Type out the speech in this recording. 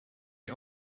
die